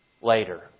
later